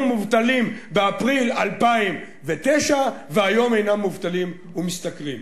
מובטלים באפריל 2009 והיום אינם מובטלים ומשתכרים,